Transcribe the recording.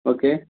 okay